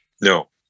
No